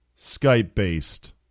Skype-based